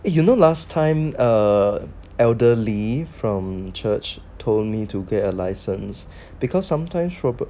you know last time err elderly from church told me to get a license because sometimes